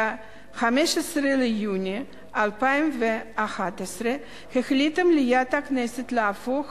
ב-15 ליוני 2011 החליטה מליאת הכנסת להפוך